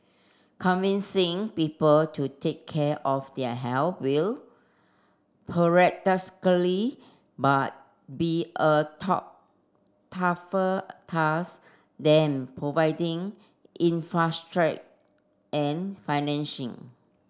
convincing people to take care of their health will paradoxically by be a tougher task than providing and financing